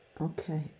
Okay